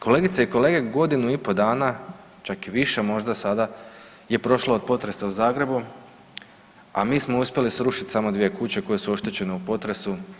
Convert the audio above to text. Kolegice i kolege, godinu i pol dana čak i više možda sada je prošlo od potresa u Zagrebu, a mi smo uspjeli srušiti samo dvije kuće koje su oštećene u potresu.